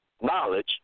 knowledge